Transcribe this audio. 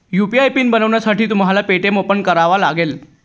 UPI PIN बनवण्यासाठी तुम्हाला Paytm open करावा लागेल